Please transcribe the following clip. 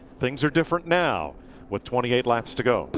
things are different now with twenty eight laps to go.